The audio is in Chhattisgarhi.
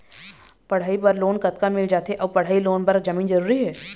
पढ़ई बर लोन कतका मिल जाथे अऊ पढ़ई लोन बर जमीन जरूरी हे?